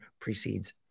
precedes